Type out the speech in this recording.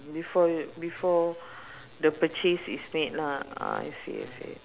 before you before the purchase is made lah ah I see I see